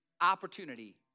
opportunity